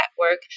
Network